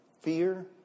fear